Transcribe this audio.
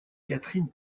catherine